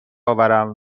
آورم